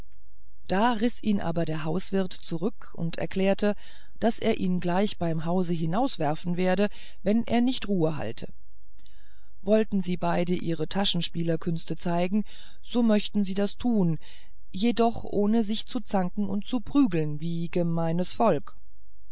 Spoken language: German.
da riß ihn aber der hauswirt zurück und erklärte daß er ihn gleich zum hause hinauswerfen werde wenn er nicht ruhe halte wollten sie beide ihre taschenspielerkünste zeigen so möchten sie das tun jedoch ohne sich zu zanken und zu prügeln wie gemeines volk